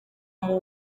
muri